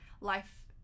life